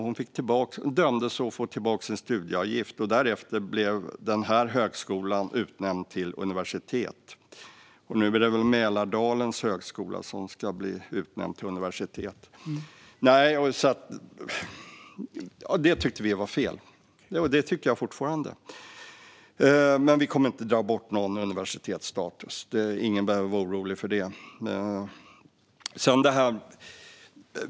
Hon dömdes att få tillbaka sin studieavgift. Därefter blev högskolan utnämnd till universitet. Nu är det väl Mälardalens högskola som ska bli utnämnd till universitet. Det tyckte vi var fel. Det tycker jag fortfarande. Men vi kommer inte att dra bort någon universitetsstatus. Ingen behöver vara orolig för det.